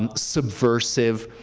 um subversive.